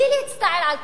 בלי להצטער על כך,